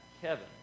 Kevin